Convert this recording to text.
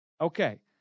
okay